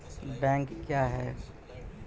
Bank क्या हैं?